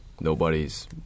nobody's